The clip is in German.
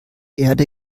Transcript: erde